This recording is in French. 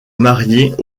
mariée